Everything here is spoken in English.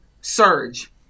Surge